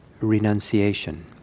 renunciation